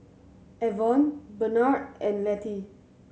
Avon Benard and Lettie